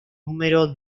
número